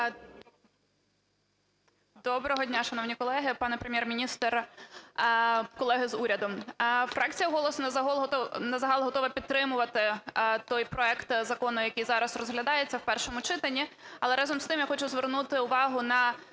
Доброго дня, шановні колеги, пане Прем'єр-міністр, колеги з уряду! Фракція "Голос" на загал готова підтримувати той проект закону, який зараз розглядається в першому читанні. Але разом з тим, я хочу звернути увагу на